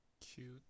Cute